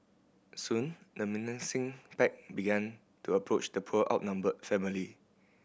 soon the menacing pack began to approach the poor outnumbered family